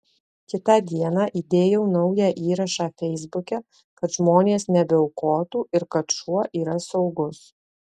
kitą dieną įdėjau naują įrašą feisbuke kad žmonės nebeaukotų ir kad šuo yra saugus